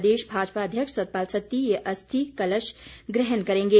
प्रदेश भाजपा अध्यक्ष सतपाल सत्ती ये अस्थि कलश ग्रहण करेंगे